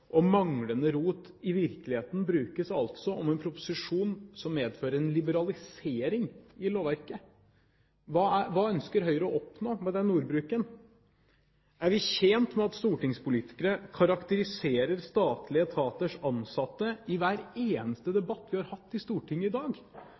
rot i verkelegheita» brukes altså om en proposisjon som medfører en liberalisering av lovverket. Hva ønsker Høyre å oppnå med den ordbruken? Er vi tjent med at stortingspolitikere karakteriserer statlige etaters ansatte i hver eneste